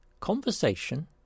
Conversation